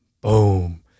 boom